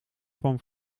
van